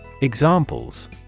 Examples